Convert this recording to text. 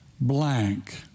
blank